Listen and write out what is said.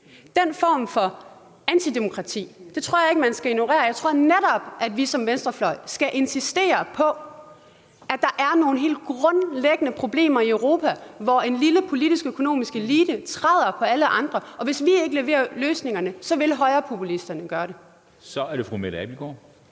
Den form for antidemokrati tror jeg ikke man skal ignorere. Jeg tror netop, at vi i venstrefløjen skal insistere på, at der er nogle helt grundlæggende problemer i Europa, hvor en lille politisk-økonomisk elite træder på alle andre. Og hvis vi ikke leverer løsningerne, vil højrepopulisterne gøre det. Kl. 14:22 Første næstformand